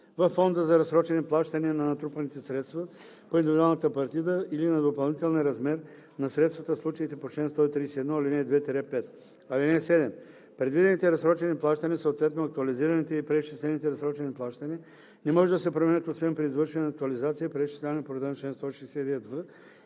във фонда за разсрочени плащания на натрупаните средства по индивидуалната партида или на допълнения размер на средствата в случаите по чл. 131, ал. 2 – 5. (7) Предвидените разсрочени плащания, съответно актуализираните и преизчислените разсрочени плащания, не може да се променят, освен при извършване на актуализация и преизчисляване по реда на чл.